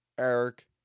Eric